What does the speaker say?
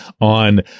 on